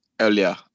earlier